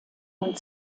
und